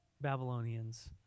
Babylonians